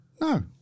no